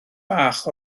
bach